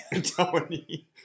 Tony